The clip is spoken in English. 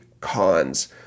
cons